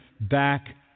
back